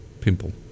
pimple